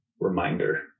reminder